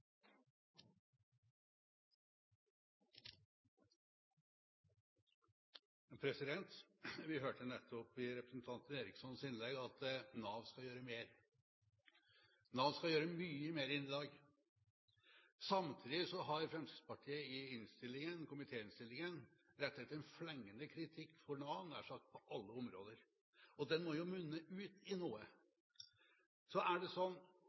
Vi hørte nettopp i representanten Erikssons innlegg at Nav skal gjøre mer – Nav skal gjøre mye mer enn i dag. Samtidig har Fremskrittspartiet i komitéinnstillingen rettet en flengende kritikk mot Nav på nær sagt alle områder. Den må jo munne ut i noe.